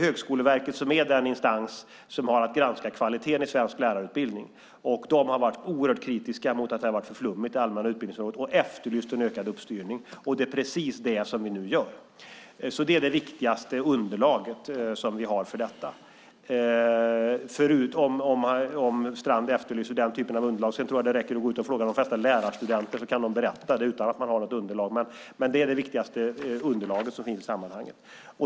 Högskoleverket är den instans som har att granska kvaliteten i svensk lärarutbildning, och de har varit oerhört kritiska mot att det allmänna utbildningsområdet har varit för flummigt och efterlyst en ökad uppstyrning. Det är precis det som vi nu genomför. Det är denna kritik som är det viktigaste underlaget för detta, om det är den typen av underlag som Strand efterlyser. Sedan tror jag att det räcker att gå ut och fråga de flesta lärarstudenter så kan de berätta samma sak. Men Högskoleverkets kritik är det viktigaste underlaget som finns i sammanhanget.